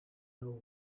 know